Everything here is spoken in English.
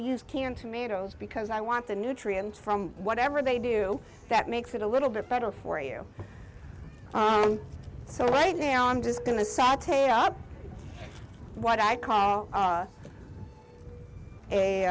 use canned tomatoes because i want the nutrients from whatever they do that makes it a little bit better for you so right now i'm just going to saute up what i call a